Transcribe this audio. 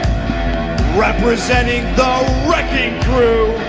representing the wrecking crew,